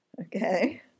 Okay